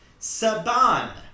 Saban